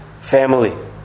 family